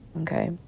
okay